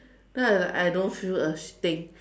then I like I don't feel a thing